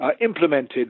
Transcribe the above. Implemented